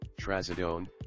Trazodone